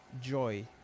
joy